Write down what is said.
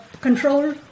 control